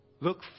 Look